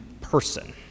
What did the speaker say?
person